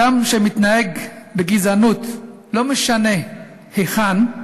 ואדם שמתנהג בגזענות, לא משנה היכן,